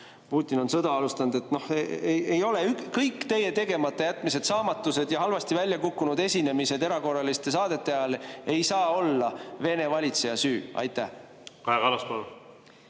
Putin on sõda alustanud. Ei ole. Kõik teie tegematajätmised, saamatused ja halvasti välja kukkunud esinemised erakorraliste saadete ajal ei saa olla Vene valitseja süü. Kaja